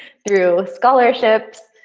through scholarships,